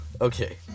Okay